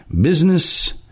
Business